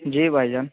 جی بھائی جان